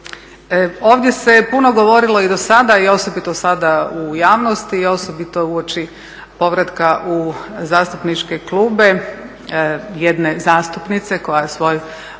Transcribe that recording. Ovdje se puno govorilo i do sada i osobito sada u javnosti i osobito uoči povratka u zastupničke klupe jedne zastupnice koja je svoj